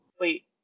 wait